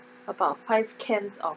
about five cans of